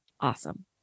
Awesome